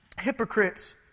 hypocrites